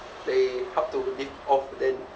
they help to lift off then